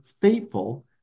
faithful